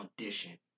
audition